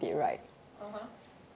(uh huh)